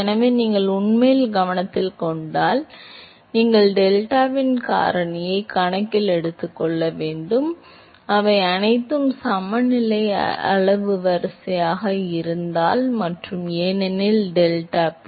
எனவே நீங்கள் உண்மையில் கவனத்தில் கொண்டால் எனவே நீங்கள் டெல்டாவின் காரணியை கணக்கில் எடுத்துக்கொள்ள வேண்டும் அவை அனைத்தும் சம அளவு வரிசையாக இருந்தால் மற்றும் ஏனெனில் deltaP